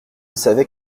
savait